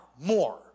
more